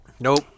Nope